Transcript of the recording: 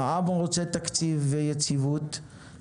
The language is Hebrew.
העם רוצה תקציב ויציבות,.